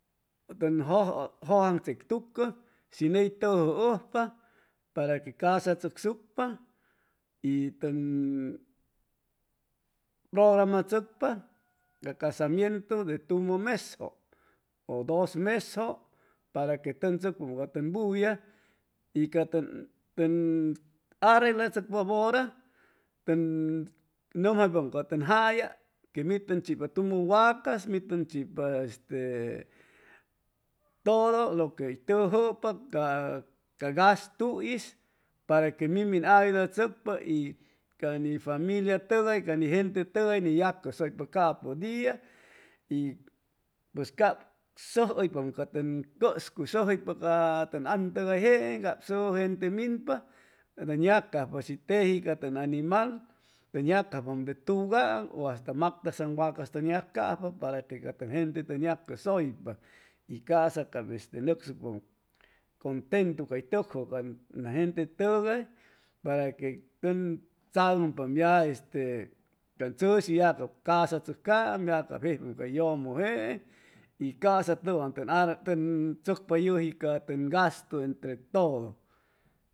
Nan jʉjaŋchectucʉ shi ney tʉjʉsujpa para que casachʉcsucpa y tʉn progrmachʉcpa ca casamientiu de tumʉ mesjʉ ʉ dos mesjʉ para que tʉn tzʉcpam ca tʉn buya y ca tʉn arreglachʉcpa bʉra tʉn nʉmjaypam ca tʉn jalla que min tʉn chipa tumʉ wacas mi tʉn chipa todo lo que hʉy tʉjʉpa ca ca gastu'is para quemin min ayudachʉcpa y cani famliatʉgay ca ni gente tʉgy ni yac+iusʉypa capʉ dia y pues cap sʉjʉypam ca tʉn cʉscuy søjoypa ca tʉn antʉgayjeeŋ cap sʉjʉ gente minpa tʉn yacajpa shi teji ca tʉn animal tʉn yacajpama de tugaaŋ ʉ hasta mactasaŋ wacas tʉn yacajpa para que ca tʉn gente tʉn yacʉsʉypa y ca'sa cap este nʉcsucpa conytentu cay tʉkjʉ can can gentetʉgay para que tʉn tzagʉmpaam ya este tʉn chʉshi ya cap casachʉcaam ya cap jejpam cay yʉmʉ jeeŋ y ca'sa tʉwan tʉn tzʉcpa yʉji ca tʉn gastu entre todo